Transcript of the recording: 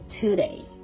today